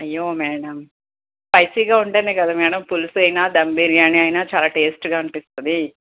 అయ్యో మేడం స్పైసీగా ఉంటేనే కదా మేడం పులుసైనా దమ్ బిర్యాని అయినా చాలా టేస్ట్గా అనిపిస్తుంది